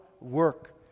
work